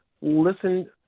listen